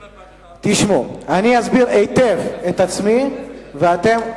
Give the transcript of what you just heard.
תשמעו, אני אסביר היטב את עצמי, ואתם,